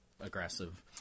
aggressive